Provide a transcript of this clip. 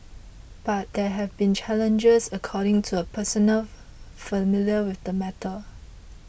but there have been challenges according to a person familiar with the matter